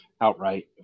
outright